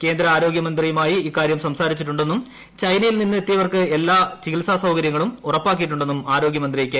കേന്ദ്ര ആരോഗ്യമന്ത്രിയുമായി വിഷയം സംസാരിച്ചിട്ടുണ്ടെന്നും ചൈനയിൽ നിന്നെത്തിയവർക്ക് ചികിത്സാ സൌകര്യങ്ങളും എല്ലാ ഉറപ്പാക്കിയിട്ടുണ്ടെന്നും ആരോഗ്യമന്ത്രി കെ